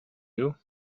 you